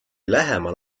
lähemal